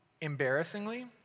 Embarrassingly